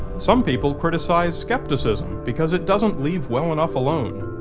some people criticize skepticism because it doesn't leave well enough alone.